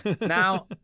Now